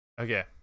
okay